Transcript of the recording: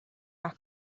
our